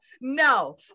No